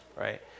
right